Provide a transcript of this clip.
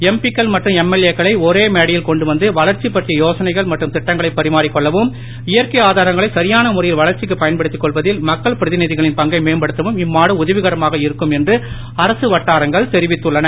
MP க்கள் மற்றும் MLA க்களை ஒரே மேடையில் கொண்டு வந்து வளர்ச்சி பற்றிய யோசனைகள் மற்றும் தட்டங்களை பரிமாறிக் கொள்ளவும் இயற்கை ஆதாரங்களை சரியான முறையில் வளர்ச்சிக்கு பயன்படுத்தி கொள்வதில் மக்கள் பிரதிநிதிகளின் பங்கை மேம்படுத்தவும் இம்மாநாடு உதவிகரமாக இருக்கும் என்று அரசு வட்டாரங்கன் தெரிவித்துள்ளன